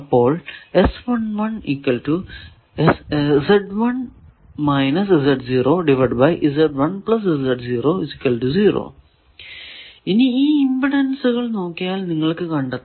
അപ്പോൾ ഇനി ഈ ഇമ്പിഡൻസുകൾ നോക്കിയാൽ നിങ്ങൾക്കു കണ്ടെത്താം